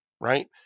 right